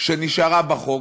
שנשארה בחוק